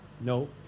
No